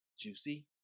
Juicy